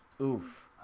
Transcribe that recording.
Oof